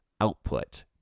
output